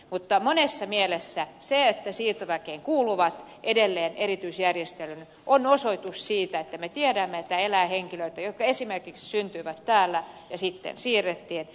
mutta monessa mielessä se että siirtoväkeen kuuluville on edelleen erityisjärjestely on osoitus siitä että me tiedämme että elää henkilöitä jotka esimerkiksi syntyivät täällä ja jotka sitten siirrettiin